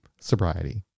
Sobriety